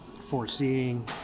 foreseeing